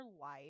life